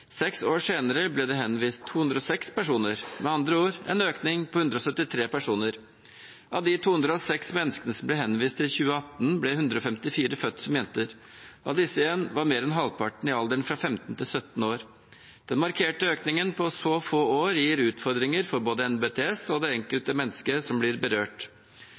Seks år senere ble det henvist 206 personer – med andre ord en økning på 173 personer. Av de 206 menneskene som ble henvist i 2018, ble 154 født som jente. Av disse igjen var mer enn halvparten i alderen fra 15 til 17 år. Den markerte økningen på så få år gir utfordringer for både NBTS og det enkelte menneske som er berørt.